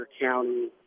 County